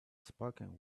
spoken